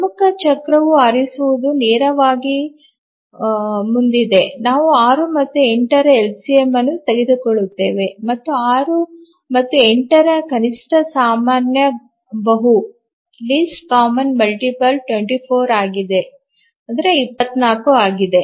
ಪ್ರಮುಖ ಚಕ್ರವನ್ನು ಆರಿಸುವುದು ನೇರವಾಗಿ ಮುಂದಿದೆ ನಾವು 6 ಮತ್ತು 8 ರ ಎಲ್ಸಿಎಂ ಅನ್ನು ತೆಗೆದುಕೊಳ್ಳುತ್ತೇವೆ ಮತ್ತು 6 ಮತ್ತು 8 ರ ಕನಿಷ್ಠ ಸಾಮಾನ್ಯ ಬಹು 24 ಆಗಿದೆ